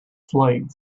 flight